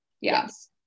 Yes